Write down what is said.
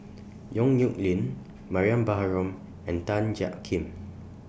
Yong Nyuk Lin Mariam Baharom and Tan Jiak Kim